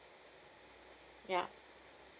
ya